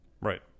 Right